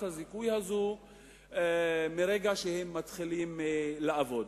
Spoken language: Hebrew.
הזיכוי הזאת מרגע שהם מתחילים לעבוד.